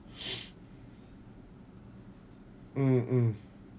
mm mm